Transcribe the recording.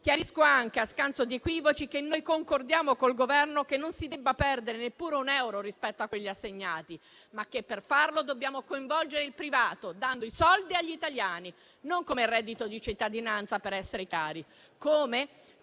Chiarisco anche, a scanso di equivoci, che concordiamo col Governo che non si debba perdere neppure un euro rispetto a quelli assegnati, ma che per farlo dobbiamo coinvolgere il privato, dando i soldi agli italiani, non come con il reddito di cittadinanza, per essere chiari,